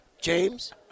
James